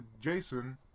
Jason